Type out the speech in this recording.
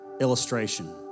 illustration